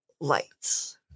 lights